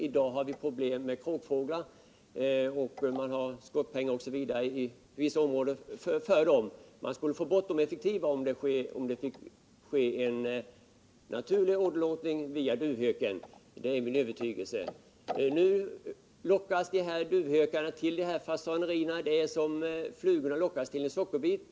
I dag har vi problem med kråkfåglar — skottpengar på dem utbetalas i vissa områden osv. - men det är min övertygelse att man skulle få bort dem mera effektivt genom en naturlig åderlåtning via duvhöken. Nu lockas duvhökarna till fasanerierna som flugor till en sockerbit.